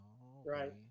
right